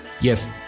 yes